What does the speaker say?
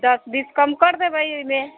दस बीस कम करि देबै एहिमे